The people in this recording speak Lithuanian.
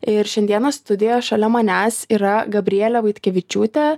ir šiandieną studio šalia manęs yra gabrielė vaitkevičiūtė